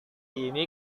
ini